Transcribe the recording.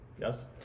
Yes